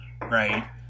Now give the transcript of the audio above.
right